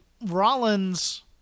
Rollins